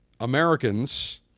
Americans